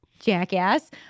jackass